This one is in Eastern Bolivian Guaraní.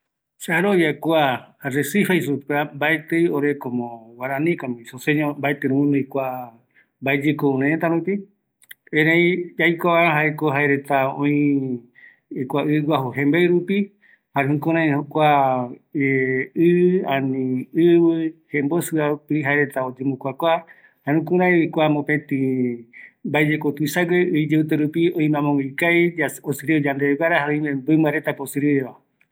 ﻿Se arovia kua aresife jei supeva mbaetɨ ore komo guarani komo isoseño, mbaeti roguinoi kua mbaeyekou orerëta rupi, erei yaikua vaera jaeko jaereta oï kua iguaju jembei rupi, jare jujurai jokua i ani ivi jembosivape jaereta oyembo kuakua, jare jukuraivi kua mopeti, mbaeyekou tuisagu oï i iyivite rupi oime amoguë ikavi osirive yandeve guara jare oime mimba retape isiriveva